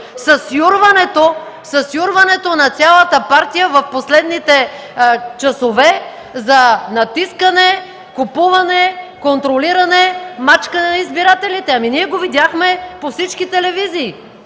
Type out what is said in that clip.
с юрването на цялата партия в последните часове за натискане, купуване, контролиране, мачкане на избирателите? (Шум и реплики от ГЕРБ.) Ние видяхме по всички телевизии